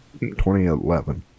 2011